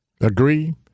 Agree